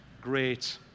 great